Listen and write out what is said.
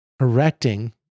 erecting